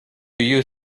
you